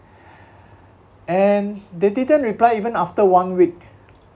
and they didn't reply even after one week